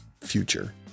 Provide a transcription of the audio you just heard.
future